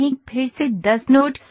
फिर से 10 नोड्स हैं